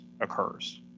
occurs